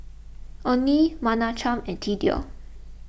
Onie Menachem and thedore